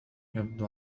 يبدو